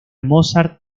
mozart